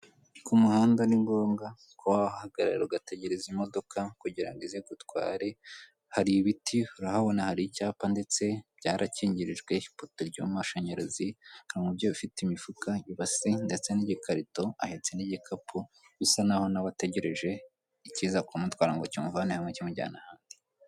Ku muhanda ni ngombwa kuba wahahagarara ugategereza imodoka kugira ngo ize igutware, hari ibiti urahabona hari icyapa ndetse byarakingirijwe, ipoto ry'amashanyarazi, hari umubyeyi ufite imifuka, ibase ndetse n'igikarito, ahetse n'igikapu, bisa naho na we ategereje ikiza kumutwara ngo kimuvane hamwe kimujyana ahandi.